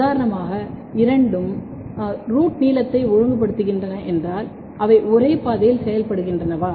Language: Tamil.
உதாரணமாக இரண்டும் ரூட் நீளத்தை ஒழுங்குபடுத்துகின்றன என்றால் அவை ஒரே பாதையில் செயல்படுகின்றனவா